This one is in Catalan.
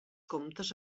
comptes